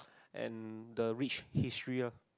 and the rich history ya